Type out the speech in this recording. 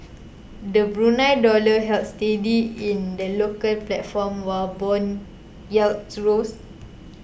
the Brunei dollar held steady in the local platform while bond yields rose